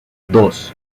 dos